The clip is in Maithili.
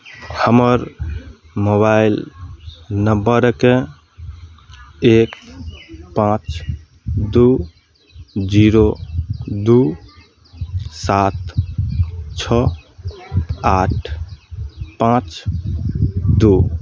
हमर मोबाइल नम्बरकेँ एक पाँच दू जीरो दू सात छओ आठ पाँच दू